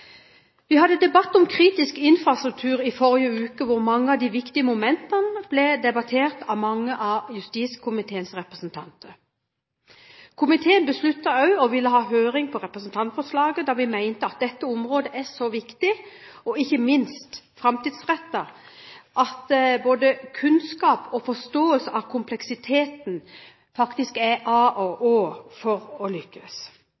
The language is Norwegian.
Vi hadde en debatt om kritisk infrastruktur i forrige uke, da mange av de viktige momentene ble debattert av mange av justiskomiteens representanter. Komiteen besluttet også å ha høring på representantforslaget, siden vi mente at dette området er så viktig, og ikke minst framtidsrettet, at både kunnskap om og forståelse av kompleksiteten faktisk er alfa og omega for å lykkes.